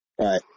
right